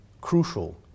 crucial